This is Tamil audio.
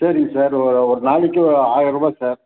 சரிங்க சார் ஒ ஒரு நாளைக்கு ஆயிரம் ரூபா சார்